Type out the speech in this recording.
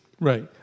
Right